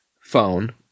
phone